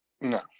No